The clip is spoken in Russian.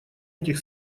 этих